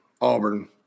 Auburn